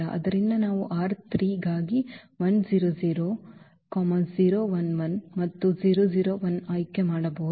ಆದ್ದರಿಂದ ನಾವು ಗಾಗಿ and ಮತ್ತು ಇದನ್ನುಆಯ್ಕೆ ಮಾಡಬಹುದು